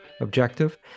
objective